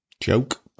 Joke